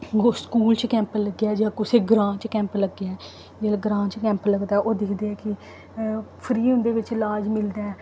ओह् स्कूल च कैंप लग्गेआ जां कुसै ग्रां च कैंप लग्गेआ ऐ जेल्लै ग्रां च कैंप लगदा ऐ ते ओह् दिखदे ऐं कि फ्री उं'दे बिच्च इलाज मिलदा ऐ